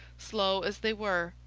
slow as they were,